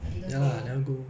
I didn't go